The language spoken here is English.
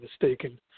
mistaken